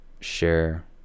share